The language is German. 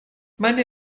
meine